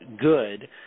good